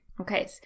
Okay